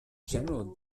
general